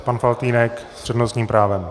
Pan Faltýnek s přednostním právem.